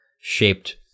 shaped